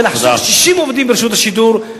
ולחסוך 60 עובדים ברשות השידור,